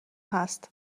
هست